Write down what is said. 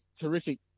terrific